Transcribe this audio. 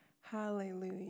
Hallelujah